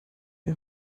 der